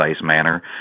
manner